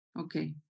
Okay